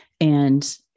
And-